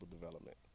development